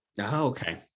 Okay